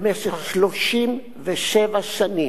במשך 37 שנים